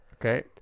okay